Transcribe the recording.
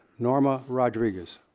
norma rodriguez.